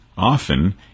Often